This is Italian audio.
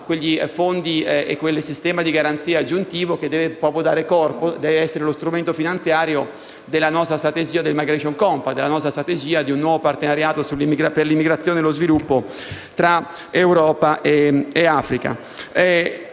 quei fondi e quel sistema di garanzia aggiuntivo che devono essere lo strumento finanziario della nostra strategia del *migration compact*, cioè di un nuovo partenariato per l'immigrazione e lo sviluppo tra Europa e Africa.